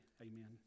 Amen